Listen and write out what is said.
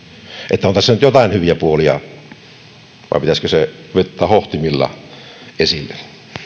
että on tässä nyt jotain hyviä puolia vai pitääkö se vetää hohtimilla esille